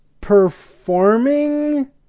performing